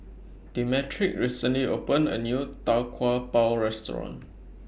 Demetric recently opened A New Tau Kwa Pau Restaurant